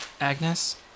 Agnes